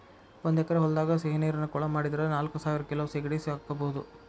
ಒಂದ್ ಎಕರೆ ಹೊಲದಾಗ ಸಿಹಿನೇರಿನ ಕೊಳ ಮಾಡಿದ್ರ ನಾಲ್ಕಸಾವಿರ ಕಿಲೋ ಸೇಗಡಿ ಸಾಕಬೋದು